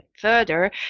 further